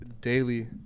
daily